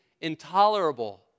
intolerable